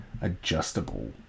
Adjustable